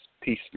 peace